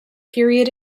period